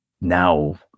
now